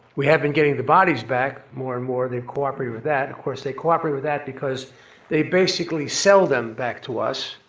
we have been getting the bodies back more and more, they cooperated with that. of course they cooperated with that because they basically sell them back to us.